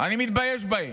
אני מתבייש בהן,